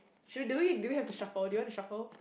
should do we do we have to shuffle do you want to shuffle